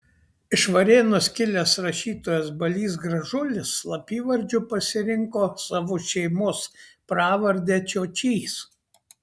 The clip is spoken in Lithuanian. iš varėnos kilęs rašytojas balys gražulis slapyvardžiu pasirinko savo šeimos pravardę čiočys